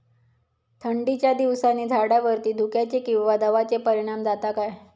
थंडीच्या दिवसानी झाडावरती धुक्याचे किंवा दवाचो परिणाम जाता काय?